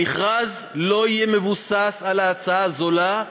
המכרז לא יהיה מבוסס על ההצעה הזולה,